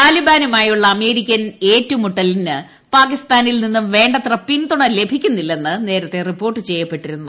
താലിബാനുമായുള്ള American ഏറ്റുമുട്ടലിന് പാക്കിസ്ഥാനിൽ നിന്നും വേണ്ടത്ര പിന്തുണ ലഭിക്കുന്നില്ലെന്ന് നേരത്തെ റിപ്പോർട്ട് ചെയ്യപ്പെട്ടിരുന്നു